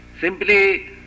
Simply